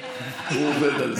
יכול למנוע את